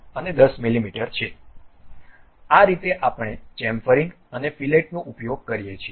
આ રીતે આપણે ચેમ્ફરિંગ અને ફીલેટનો ઉપયોગ કરીએ છીએ